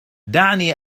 دعني